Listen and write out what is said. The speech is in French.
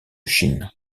chine